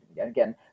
Again